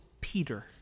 Peter